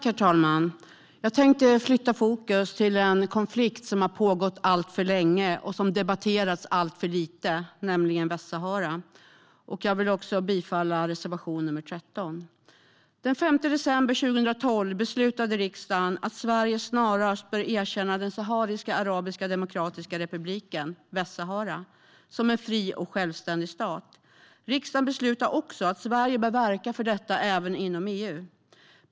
Herr talman! Jag tänkte flytta fokus till en konflikt som har pågått alltför länge och som debatteras alltför lite, nämligen den om Västsahara. Jag yrkar bifall till reservation nr 13. Den 5 december 2012 beslutade riksdagen att Sverige snarast bör erkänna Sahariska arabiska demokratiska republiken - Västsahara - som en fri och självständig stat. Riksdagen beslutade också att Sverige bör verka för detta även inom EU.